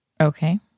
Okay